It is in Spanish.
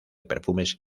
perfumes